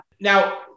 Now